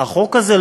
החוק הזה,